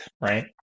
right